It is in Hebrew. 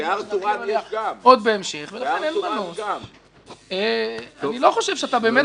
אני מניח שנרחיב עליה עוד בהמשך --- אני לא חושב שאתה רוצה --- לא,